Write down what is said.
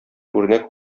үрнәк